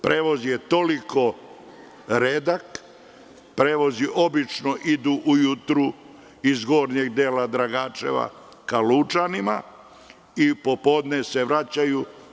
Prevoz je toliko redak, obično ide ujutru iz gornjeg dela Dragačeva ka Lučanima i popodne se vraćaju.